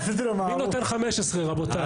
חבר הכנסת גינזבורג אמר,